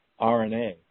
rna